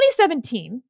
2017